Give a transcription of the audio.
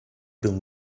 been